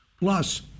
Plus